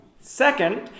Second